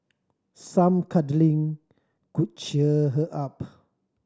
some cuddling could cheer her up